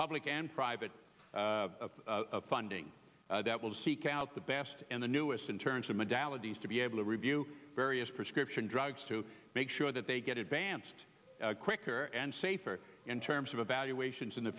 public and private funding that will seek out the best and the newest in terms of modalities to be able to review various prescription drugs to make sure that they get advanced quicker and safer in terms of evaluations in the